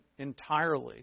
entirely